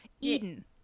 Eden